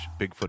Bigfoot